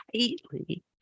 tightly